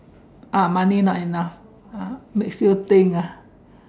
uh money not enough ah makes you think ah